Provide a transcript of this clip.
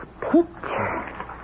picture